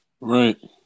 Right